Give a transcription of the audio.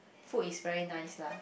food is very nice lah